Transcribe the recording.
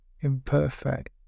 imperfect